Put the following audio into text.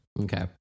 Okay